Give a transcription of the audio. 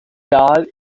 dahl